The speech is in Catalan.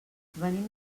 venim